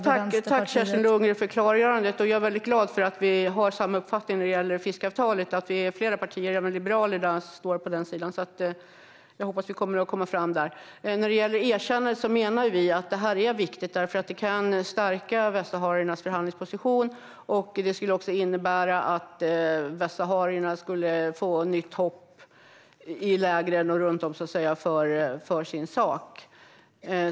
Fru talman! Jag tackar Kerstin Lundgren för detta klargörande. Jag är mycket glad för att vi har samma uppfattning när det gäller fiskeavtalet och att flera partier, även Liberalerna, står på denna sida. Jag hoppas att vi kommer att komma fram där. När det gäller erkännandet menar vi att det är viktigt, eftersom det kan stärka västsahariernas förhandlingsposition. Det skulle också innebära att västsaharierna skulle få nytt hopp i lägren och runt om för sin sak.